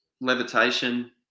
levitation